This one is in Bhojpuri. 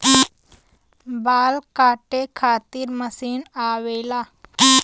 बाल काटे खातिर मशीन आवेला